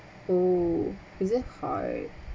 oh is it hard